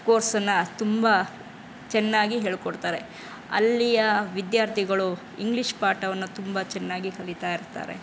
ಕೋರ್ಸನ್ನ ತುಂಬ ಚೆನ್ನಾಗಿ ಹೇಳಿಕೊಡ್ತಾರೆ ಅಲ್ಲಿಯ ವಿದ್ಯಾರ್ಥಿಗಳು ಇಂಗ್ಲಿಷ್ ಪಾಠವನ್ನು ತುಂಬ ಚೆನ್ನಾಗಿ ಕಲಿತಾ ಇರ್ತಾರೆ